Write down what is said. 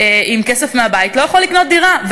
עם כסף מהבית לא יכול לקנות דירה.